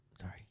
Sorry